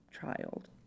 child